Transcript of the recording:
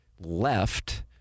left